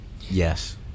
Yes